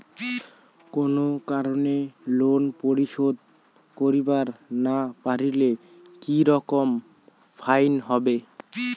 কোনো কারণে লোন পরিশোধ করিবার না পারিলে কি রকম ফাইন হবে?